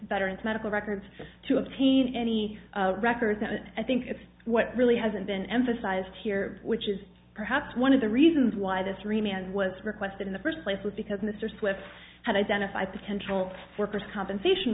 veterans medical records to obtain any records and i think it's what really hasn't been emphasized here which is perhaps one of the reasons why this remained was requested in the first place was because mr swift had identify potential workers compensation